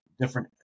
Different